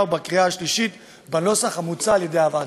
ובקריאה שלישית בנוסח המוצע על-ידי הוועדה.